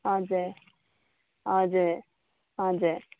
हजुर हजुर हजुर